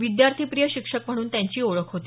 विद्यार्थिप्रिय शिक्षक म्हणून त्यांची ओळख होती